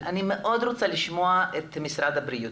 אבל אני מאוד רוצה לשמוע את משרד הבריאות.